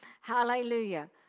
Hallelujah